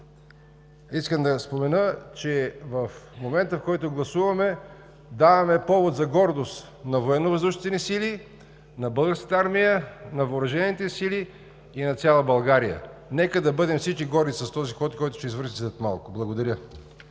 искам да спомена, че в момента, в който гласуваме, даваме повод за гордост на Военновъздушните ни сили, на Българската армия, на въоръжените сили и на цяла България! Нека всички да бъдем горди с този ход, който ще извършим след малко. Благодаря.